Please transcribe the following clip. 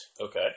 Okay